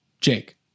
Jake